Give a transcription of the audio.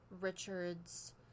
richard's